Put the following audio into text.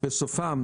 בסופם,